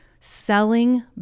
selling